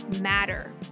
matter